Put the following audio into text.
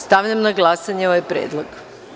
Stavljam na glasanje ovaj predlog.